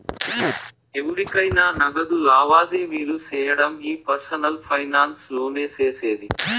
ఎవురికైనా నగదు లావాదేవీలు సేయడం ఈ పర్సనల్ ఫైనాన్స్ లోనే సేసేది